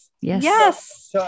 yes